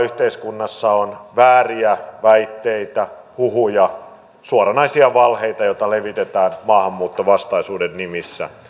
yhteiskunnassa on liikaa vääriä väitteitä huhuja suoranaisia valheita joita levitetään maahanmuuttovastaisuuden nimissä